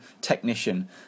technician